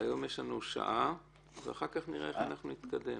היום יש לנו שעה, ואחר כך נראה איך אנחנו נתקדם.